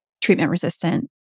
treatment-resistant